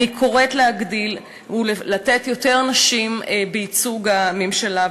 אני קוראת להגדיל ולתת ליותר נשים ייצוג בממשלה,